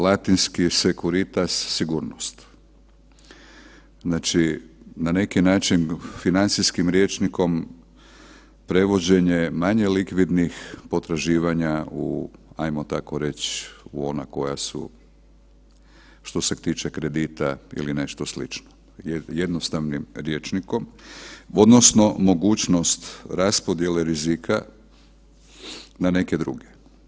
Latinski „securitas“, sigurnost, znači na neki način financijskim rječnikom prevođenje manje likvidnih potraživanja u ajmo tako reći u ona koja su što se tiče kredita ili nešto slično jednostavnim rječnikom odnosno mogućnost raspodjele rizika na neke druge.